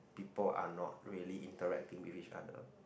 people are not really interacting with each other